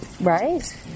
Right